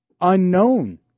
unknown